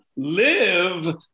live